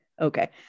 Okay